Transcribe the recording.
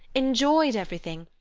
enjoyed everything,